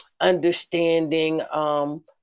understanding